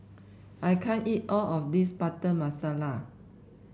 I can't eat all of this Butter Masala